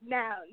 now